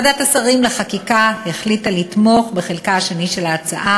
ועדת השרים החליטה לתמוך בחלקה השני של ההצעה